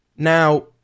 Now